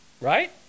right